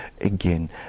again